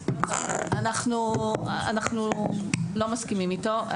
אנחנו לא מסכימים איתו.